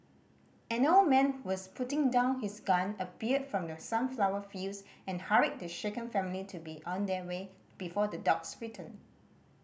an old man who was putting down his gun appeared from the sunflower fields and hurried the shaken family to be on their way before the dogs return